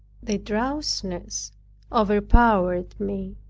the drowsiness overpowered me.